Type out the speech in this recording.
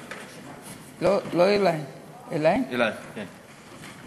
אלייך, כן.